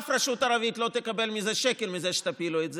אף רשות ערבית לא תקבל שקל מזה שתפילו את זה,